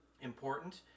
important